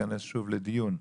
נתכנס שוב לדיון.